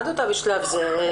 מה תודה בשלב זה?